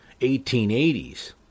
1880s